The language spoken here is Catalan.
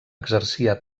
exercia